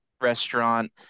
restaurant